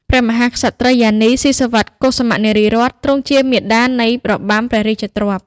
ព្រះមហាក្សត្រិយានី ស៊ីសុវត្ថិ កុសុមៈ នារីរ័ត្ន ទ្រង់ជាមាតានៃរបាំព្រះរាជទ្រព្យ។